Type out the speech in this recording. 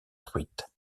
truites